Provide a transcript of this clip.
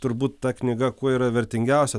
turbūt ta knyga kuo yra vertingiausia